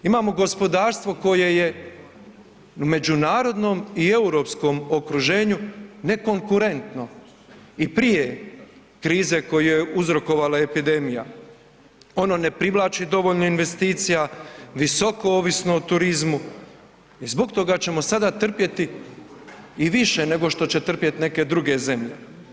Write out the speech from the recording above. Imamo gospodarstvo koje je u međunarodnom i europskom okruženju ne konkurentno i prije krize koju je uzrokovala epidemija, ono ne privlači dovoljno investicija, visoko ovisno o turizmu i zbog toga ćemo sada trpjeti i više nego što će trpjet neke druge zemlje.